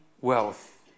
wealth